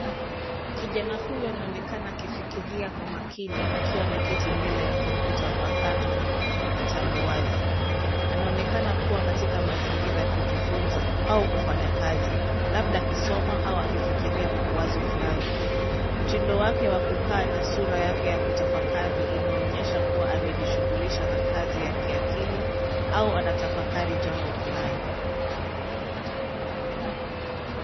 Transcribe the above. Kijana huyu anaonekana akifikiria kwa makini akiwa ameketi mbele ya kompyuta mpakato na kitabu wazi. Anaonekana kuwa katika mazingira ya kujifunza au kufanya kazi labda akisoma au akifikiria wazo fulani. Mtindo wake wa kukaa na sura yake ya kutafakari inaonyesha kuwa amejishughulisha na kazi ya kiakili au anatafakari jambo fulani.